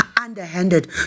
underhanded